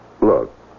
Look